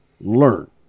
learn